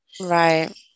Right